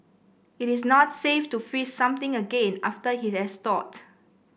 it is not safe to freeze something again after it has thawed